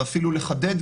ואפילו לחדד,